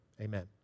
amen